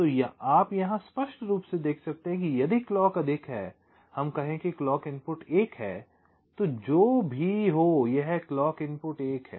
तो आप यहाँ स्पष्ट रूप से देख सकते हैं कि यदि क्लॉक अधिक है हम कहें कि क्लॉक इनपुट 1 है तो जो भी हो यह क्लॉक इनपुट 1 है